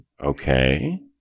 Okay